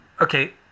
Okay